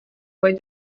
vaid